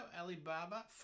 Alibaba